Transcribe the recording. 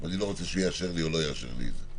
ואני לא רוצה שהוא יאשר לי או לא יאשר לי את זה,